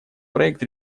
проект